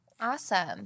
Awesome